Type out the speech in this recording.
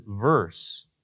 verse